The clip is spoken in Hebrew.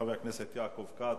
חבר הכנסת יעקב כץ,